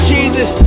Jesus